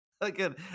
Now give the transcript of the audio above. Again